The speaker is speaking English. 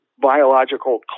biological